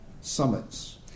summits